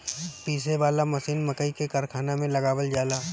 पीसे वाला मशीन मकई के कारखाना में लगावल जाला